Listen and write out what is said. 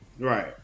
Right